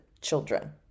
children